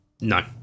No